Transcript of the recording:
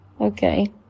Okay